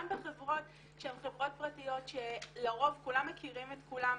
גם בחברות שהן חברות פרטיות שלרוב כולם מכירים את כולם,